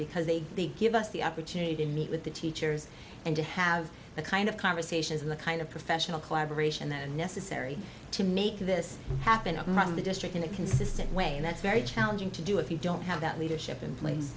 because they give us the opportunity to meet with the teachers and to have the kind of conversations and the kind of professional collaboration that are necessary to make this happen among the district in a consistent way that's very challenging to do if you don't have that leadership in pla